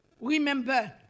Remember